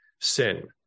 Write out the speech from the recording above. sin